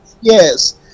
yes